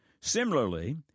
Similarly